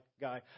guy